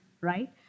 right